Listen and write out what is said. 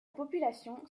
population